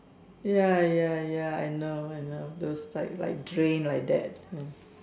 ya ya ya I know I know those type like drain like that